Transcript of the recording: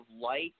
light